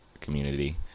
community